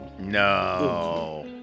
No